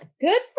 Good